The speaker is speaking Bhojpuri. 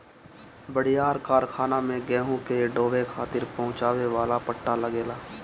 बड़ियार कारखाना में गेहूं के ढोवे खातिर पहुंचावे वाला पट्टा लगेला